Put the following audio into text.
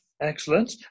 Excellent